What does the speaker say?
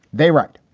they write,